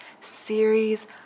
series